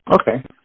Okay